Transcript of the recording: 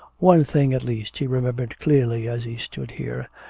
one thing at least he remembered clearly as he stood here,